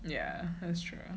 yeah that's true